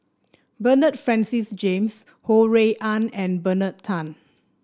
Bernard Francis James Ho Rui An and Bernard Tan